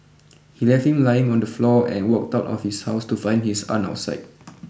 he left him lying on the floor and walked out of his house to find his aunt outside